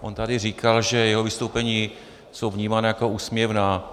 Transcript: On tady říkal, že jeho vystoupení jsou vnímána jako úsměvná.